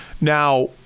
Now